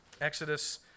Exodus